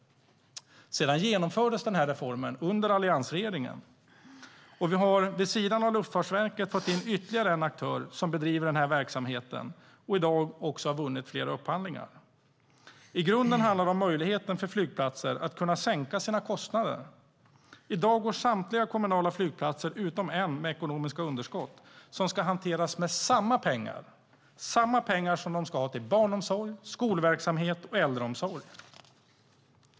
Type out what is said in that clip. Reformen genomfördes sedan under alliansregeringen, och vi har vid sidan av Luftfartsverket fått in ytterligare en aktör som bedriver denna verksamhet och har vunnit flera upphandlingar. I grunden handlar det om möjligheten för flygplatser att sänka sina kostnader. I dag går samtliga kommunala flygplatser utom en med ekonomiskt underskott. Det ska hanteras med samma pengar som man ska ha till barnomsorg, skolverksamhet och äldreomsorg.